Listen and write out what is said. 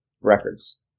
records